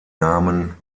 namen